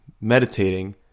meditating